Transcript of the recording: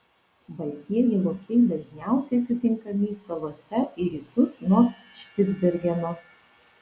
baltieji lokiai dažniausiai sutinkami salose į rytus nuo špicbergeno